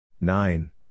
nine